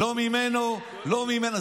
לא ממנו, לא ממנו.